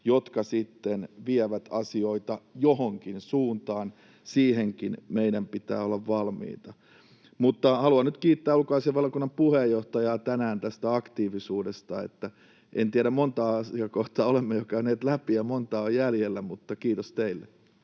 sitten vievät asioita johonkin suuntaan. Siihenkin meidän pitää olla valmiita. Mutta haluan nyt kiittää ulkoasiainvaliokunnan puheenjohtajaa tänään tästä aktiivisuudesta. En tiedä, montako asiakohtaa olemme jo käyneet läpi ja montako on jäljellä, mutta kiitos teille.